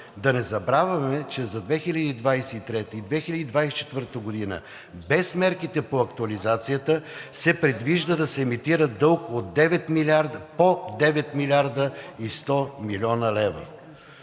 Да не забравяме, че за 2023 г. и 2024 г. без мерките по актуализацията се предвижда да се емитира дълг по 9 млрд. 100 млн. лв.